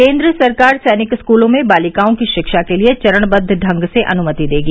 केन्द्र सरकार सैनिक स्कूलों में बालिकाओं की शिक्षा के लिए चरणबद्द ढंग से अनुमति देगी